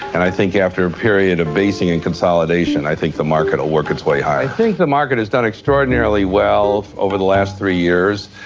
and i think after a period of basing and consolidation i think the market will work its i think the market is done extraordinarily well over the last three years,